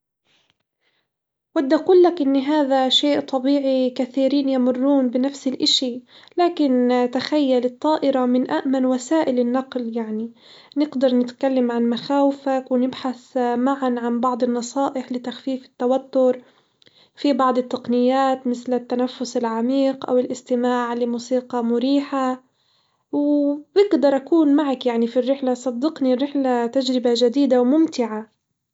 ودي أقولك إن هذا شئ طبيعي كثيرين يمرون بنفس الإشي، لكن تخيل الطائرة من أءمن وسائل النقل يعني، نقدر نتكلم عن مخاوفك ونبحث معًا عن بعض النصائح لتخفيف التوتر في بعض التقنيات مثل التنفس العميق أو الاستماع لموسيقي مريحة وبقدر أكون معك يعني في الرحلة، صدقني الرحلة تجربة جديدة وممتعة.